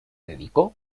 dedicó